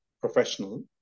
professional